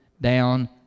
down